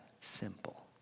simple